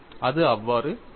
அது அவ்வாறு இல்லை